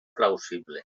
plausible